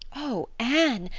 oh, anne,